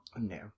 No